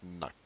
no